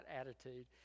attitude